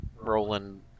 Roland